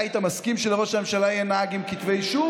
אתה היית מסכים שלראש הממשלה יהיה נהג עם כתבי אישום?